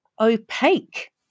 opaque